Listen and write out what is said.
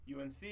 UNC